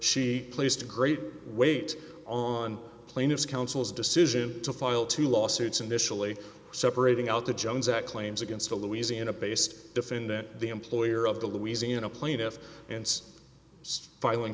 she placed great weight on plaintiff's council's decision to file two lawsuits initially separating out the jones act claims against a louisiana based defendant the employer of the louisiana plaintiff and filing